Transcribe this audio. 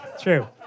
True